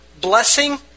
blessing